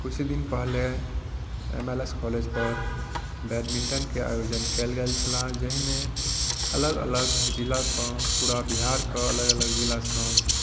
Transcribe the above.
किछु दिन पहिले एम एल एस कॉलेज पर बैडमिण्टनके आयोजन कयल गेल छलै जाहिमे अलग अलग जिलासँ पूरा बिहारके अलग अलग जिलासँ